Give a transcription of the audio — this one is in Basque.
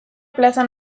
plazan